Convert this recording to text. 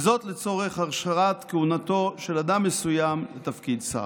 וזאת לצורך הכשרת כהונתו של אדם מסוים לתפקיד שר.